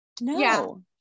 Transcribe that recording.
no